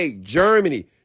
Germany